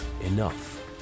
enough